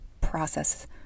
process